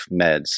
meds